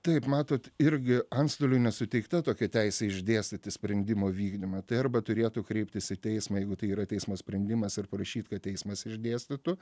taip matot irgi antstoliui nesuteikta tokia teisė išdėstyti sprendimo vykdymą tai arba turėtų kreiptis į teismą jeigu tai yra teismo sprendimas ir prašyt kad teismas išdėstytų